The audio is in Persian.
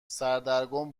سردرگم